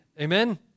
Amen